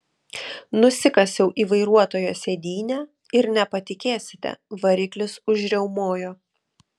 nusikasiau į vairuotojo sėdynę ir nepatikėsite variklis užriaumojo